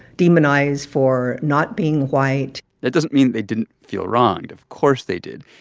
demonized for not being white that doesn't mean they didn't feel wronged. of course they did.